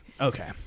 Okay